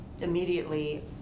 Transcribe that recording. immediately